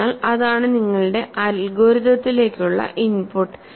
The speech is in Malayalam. അതിനാൽ അതാണ് നിങ്ങളുടെ അൽഗോരിതത്തിലേക്കുള്ള ഇൻപുട്ട്